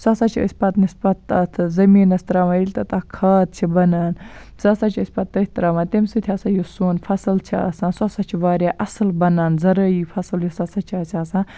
سُہ ہَسا چھِ أسۍ پَنِنس پَتہٕ تَتھ زٔمیٖنَس تراوان ییٚلہِ تَتھ اَکھ کھاد چھِ بَنان سُہ ہَسا چھِ أسۍ پَتہٕ تٔتھۍ تراوان تَمہِ سۭتۍ ہَسا یُس سون فَصل چھُ آسان سُہ ہَسا چھُ واریاہ اصل بَنان زَرٲیی فَصل یُس ہَسا چھُ اَسہِ آسان